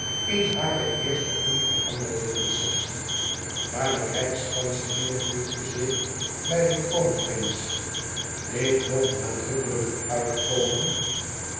in hare eerste onveranderde conceptie maar de rijkskanselier voegde zich bij den kroonprins deed nog nadrukkelijker uitkomen